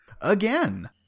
again